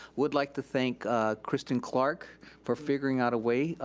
would like to thank kristin clark for figuring out a way.